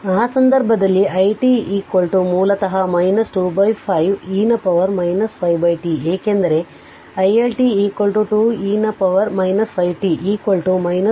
ಆದ್ದರಿಂದ ಆ ಸಂದರ್ಭದಲ್ಲಿ i t ಮೂಲತಃ 25 e ನ ಪವರ್ 5 t ಏಕೆಂದರೆ i L t 2 e ನ ಪವರ್ 5 t 0